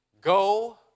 Go